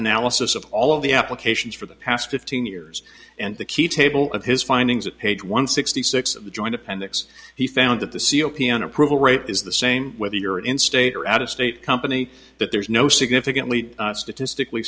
analysis of all of the applications for the past fifteen years and the key table of his findings at page one sixty six of the joint appendix he found that the c o piano approval rate is the same whether you're in state or out of state company that there is no significantly statistically